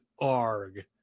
arg